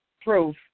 proof